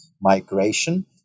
migration